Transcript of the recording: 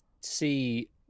see